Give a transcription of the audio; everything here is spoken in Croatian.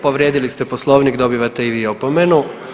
Povrijedili ste Poslovnik, dobivate i vi opomenu.